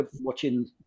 watching